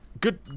Good